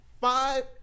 five